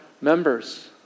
members